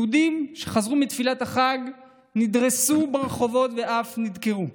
יהודים שחזרו מתפילת החג נדרסו ברחובות ואף נדקרו.